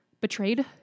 betrayed